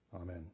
Amen